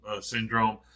syndrome